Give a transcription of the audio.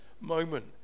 moment